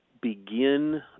begin